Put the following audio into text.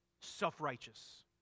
self-righteous